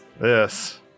Yes